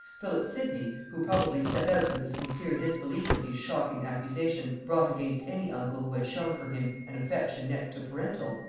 philip sidney, who probably set out with a sincere disbelief of these shocking accusations brought against any uncle who had shown for him an affection next to parental,